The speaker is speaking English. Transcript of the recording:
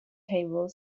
table